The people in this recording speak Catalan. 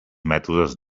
mètodes